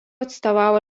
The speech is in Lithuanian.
atstovavo